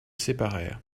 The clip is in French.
séparèrent